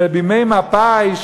שבימי מפא"י,